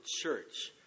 church